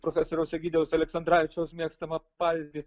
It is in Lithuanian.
profesoriaus egidijaus aleksandravičiaus mėgstamą pavyzdį